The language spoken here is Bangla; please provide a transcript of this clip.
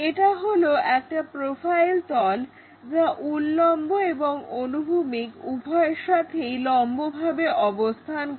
এটা হলো একটা প্রোফাইল তল যা উল্লম্ব এবং অনুভূমিক উভয়ের সাথেই লম্বভাবে অবস্থান করে